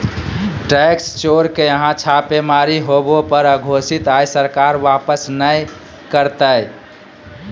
tax चोर के यहां छापेमारी होबो पर अघोषित आय सरकार वापस नय करतय